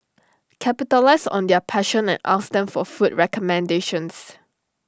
capitalise on their passion and ask them for food recommendations